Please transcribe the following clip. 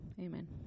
amen